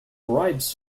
bribes